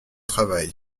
travail